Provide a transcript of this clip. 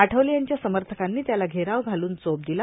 आठवले यांच्या समर्थकांनी त्याला घेराव घालून चोप दिला